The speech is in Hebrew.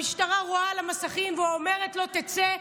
המשטרה רואה על המסכים ואומרת לו: תצא,